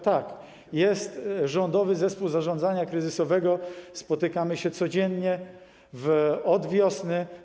Tak, jest Rządowy Zespół Zarządzania Kryzysowego, spotykamy się codziennie od wiosny.